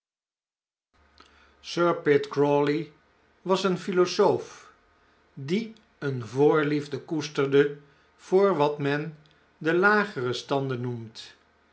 ir pitt crawley was een philosoof die een voorliefde koesterde voor wat men de lagere standen noemt